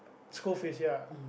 school fees ya